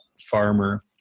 farmer